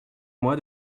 moi